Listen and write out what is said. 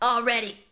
Already